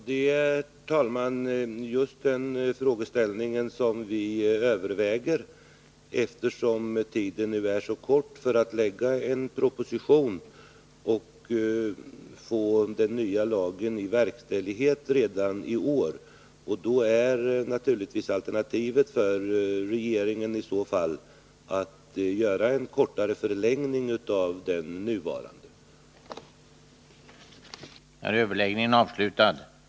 Herr talman! Det är just den frågeställningen som vi överväger. Eftersom tiden nu är så kort för att lägga fram en proposition och få den nya lagen i verkställighet redan i år, är naturligtvis alternativet för regeringen en kortare förlängning av det nuvarande förbudet.